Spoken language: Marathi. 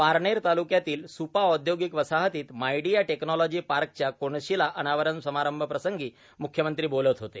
पारनेर तालुक्यातील सुपा औद्योगिक वसाहतीत मायडीया टेक्नोलॉजी पार्कच्या कोनशिला अनावरण समारंभ प्रसंगी मूख्यमंत्री बोलत होते